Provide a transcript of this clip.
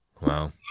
Wow